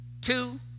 Two